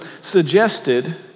suggested